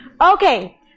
Okay